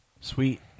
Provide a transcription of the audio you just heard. Sweet